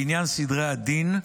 לעניין סדרי הדין,